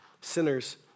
sinners